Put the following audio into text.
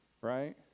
right